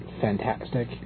fantastic